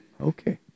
Okay